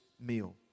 meal